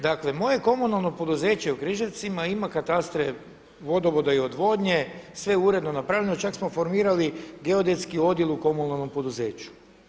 Dakle moje Komunalno poduzeće u Križevcima ima katastre vodova i odvodnje sve uredno napravljeno, čak smo formirali Geodetski odjel u komunalnom poduzeću.